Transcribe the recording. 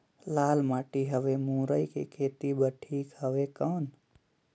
लाल माटी हवे मुरई के खेती बार ठीक हवे कौन?